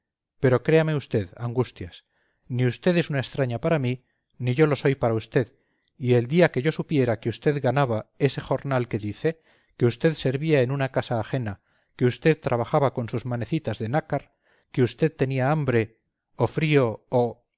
pero créame usted angustias ni usted es una extraña para mí ni yo lo soy para usted y el día que yo supiera que usted ganaba ese jornal que dice que usted servía en una casa ajena que usted trabajaba con sus manecitas de nácar que usted tenía hambre o frío o